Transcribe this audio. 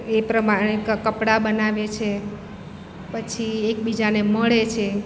એ પ્રમાણે કપડાં બનાવે છે પછી એકબીજાને મળે છે